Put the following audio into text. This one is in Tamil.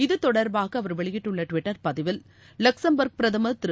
இது தொடர்பாக அவர் வெளியிட்டுள்ள ட்விட்டர் பதிவில் லக்சம்பர்க் பிரதமர் திரு